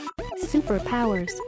superpowers